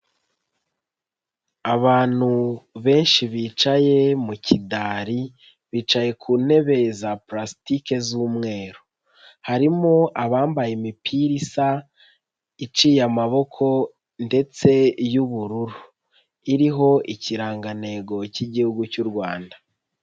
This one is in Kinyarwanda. Abantu benshi bicaye mu kidari bicaye ku ntebe za pulasitike z'umweru, harimo abambaye imipira isa, iciye amaboko ndetse y'ubururu iriho ikirangantego k'Igihugu cy'u Rwanda.